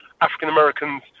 African-Americans